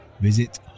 visit